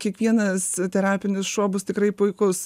kiekvienas terapinis šuo bus tikrai puikus